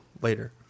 later